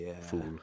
fool